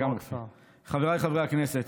חבריי חברי הכנסת,